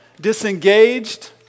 disengaged